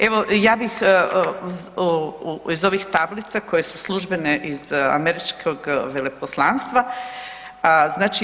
Evo, ja bih iz ovih tablica koje su službene iz američkog veleposlanstva, znači